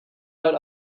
out